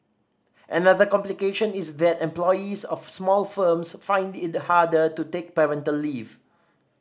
another complication is that employees of small firms find it harder to take parental leave